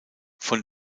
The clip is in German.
von